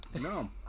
No